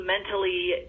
mentally